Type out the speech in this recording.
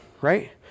right